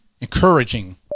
encouraging